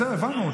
בסדר, הבנו.